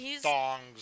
thongs